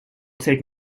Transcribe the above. take